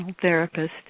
therapist